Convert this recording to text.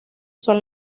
son